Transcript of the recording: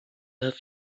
have